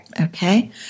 okay